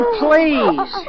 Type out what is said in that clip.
please